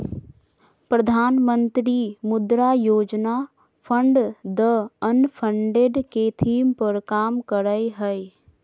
प्रधानमंत्री मुद्रा योजना फंड द अनफंडेड के थीम पर काम करय हइ